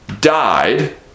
died